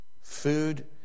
Food